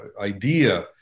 idea